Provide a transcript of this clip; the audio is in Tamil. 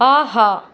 ஆஹா